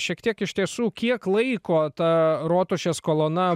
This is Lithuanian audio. šiek tiek iš tiesų kiek laiko ta rotušės kolona